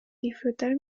disfrutar